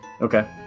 Okay